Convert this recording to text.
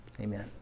amen